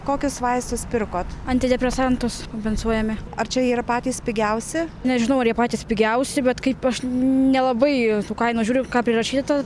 antidepresantus kompensuojami ar čia yra patys pigiausi nežinau ar jie patys pigiausi bet kaip aš nelabai tų kainų žiūriu ką prirašyta